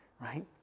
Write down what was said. right